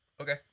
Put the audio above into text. Okay